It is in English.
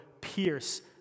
pierce